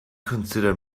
consider